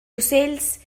ocells